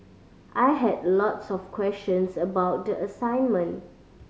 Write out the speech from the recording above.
I had a lots of questions about the assignment